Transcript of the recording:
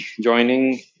joining